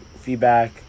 feedback